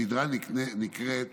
הסדרה נקראת